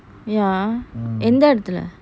ya எந்த எடுத்துள்ள:entha eduthulla